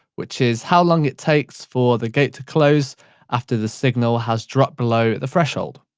which is how long it takes for the gate to close after the signal has dropped below the threshold.